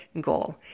goal